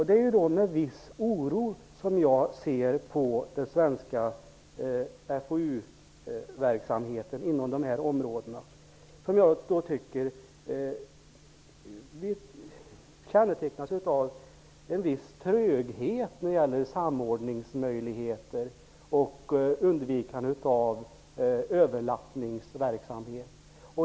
Det är med viss oro som jag ser på den svenska FoU-verksamheten på de nämnda områdena, som jag tycker kännetecknas av en viss tröghet när det gäller samordningsmöjligheter och undvikande av överlappningsverksamhet.